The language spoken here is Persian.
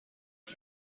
بود